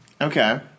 Okay